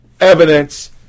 evidence